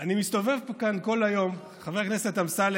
אני מסתובב כאן כל היום חבר הכנסת אמסלם,